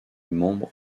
membres